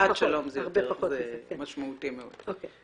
נשיאת שלום זה משמעותי יותר.